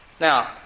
Now